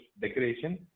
decoration